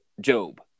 Job